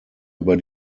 über